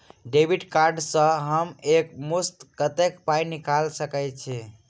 Debit card सँ हम एक मुस्त कत्तेक पाई निकाल सकय छी?